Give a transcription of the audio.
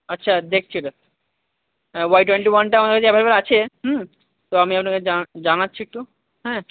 আচ্ছা দেখছি ওটা ওয়াই টোয়েন্টি ওয়ানটা আমার কাছে অ্যাভেলেবল আছে হুম তো আমি জানাচ্ছি একটু হ্যাঁ